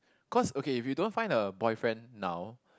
cause okay if you don't a boyfriend now